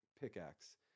pickaxe